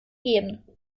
gehen